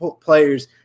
players